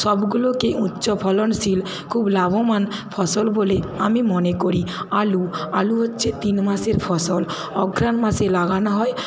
সবগুলোকে উচ্চ ফলনশীল খুব লাভবান ফসল বলে আমি মনে করি আলু আলু হচ্ছে তিন মাসের ফসল অঘ্রাণ মাসে লাগানো হয়